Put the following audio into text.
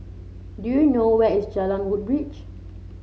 do you know where is Jalan Woodbridge